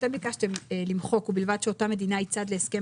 ביקשתם למחוק "ובלבד שאותה מדינה היא צד להסכם